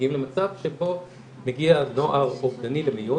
מגיעים למצב שבו מגיע נוער אובדני למיון